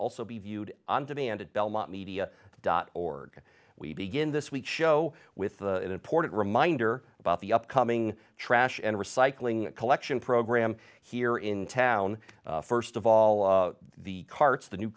also be viewed on demand at belmont media dot org we begin this week's show with the important reminder about the upcoming trash and recycling collection program here in town first of all the carts the new